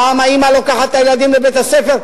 פעם האמא לוקחת את הילדים לבית-הספר.